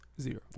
Zero